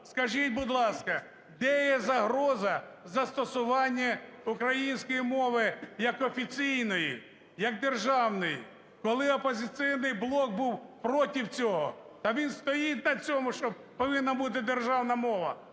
Скажіть, будь ласка, де є загроза застосування української мови як офіційної, як державної? Коли "Опозиційний блок" був проти цього? Та він стоїть на цьому, що повинна бути державна мова,